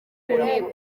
ntego